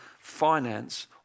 finance